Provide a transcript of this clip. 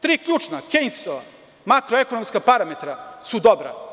Tri ključnaKejnsova makro-ekonomska parametra su dobra.